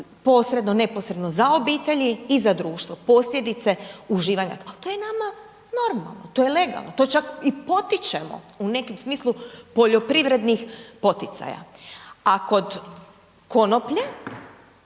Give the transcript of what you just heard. posredno neposredno za obitelji i za društvo, posljedice uživanja, ali to je nama normalno, to je legalno, to čak i potičemo u nekom smislu poljoprivrednih poticaja. A kod konoplje,